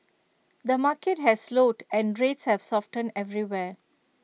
the market has slowed and rates have softened everywhere